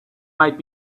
might